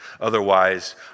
otherwise